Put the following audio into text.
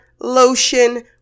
Lotion